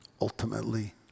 ultimately